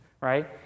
right